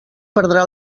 perdrà